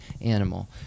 animal